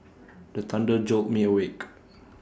the thunder jolt me awake